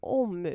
om